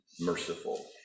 merciful